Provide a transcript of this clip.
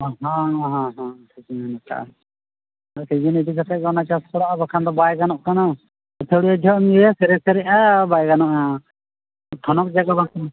ᱦᱮᱸ ᱦᱮᱸ ᱦᱮᱸ ᱴᱷᱤᱠ ᱵᱤᱱ ᱢᱮᱱ ᱠᱟᱜᱼᱟ ᱥᱤᱡᱤᱱ ᱤᱫᱤ ᱠᱟᱛᱮᱫ ᱜᱮ ᱚᱱᱟ ᱪᱟᱥ ᱯᱟᱲᱟᱜᱼᱟ ᱵᱟᱠᱷᱟᱱ ᱫᱚ ᱵᱟᱭ ᱜᱟᱱᱚᱜ ᱠᱟᱱᱟ ᱟᱹᱛᱷᱟᱹᱲᱤ ᱜᱮᱢ ᱤᱭᱟᱹᱭᱟ ᱥᱮᱨᱮ ᱥᱮᱨᱮᱜᱼᱟ ᱵᱟᱭ ᱜᱟᱱᱚᱜᱼᱟ ᱛᱷᱚᱱᱚᱛ ᱡᱟᱭᱜᱟ ᱵᱟᱝ ᱠᱟᱱᱟ